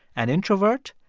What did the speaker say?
an introvert,